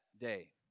day